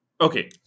okay